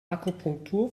akupunktur